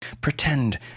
Pretend